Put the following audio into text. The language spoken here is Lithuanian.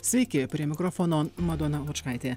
sveiki prie mikrofono madona lučkaitė